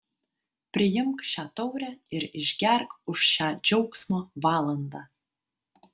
priimk šią taurę ir išgerk už šią džiaugsmo valandą